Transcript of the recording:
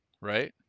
right